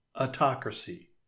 autocracy